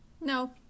No